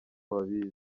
babizi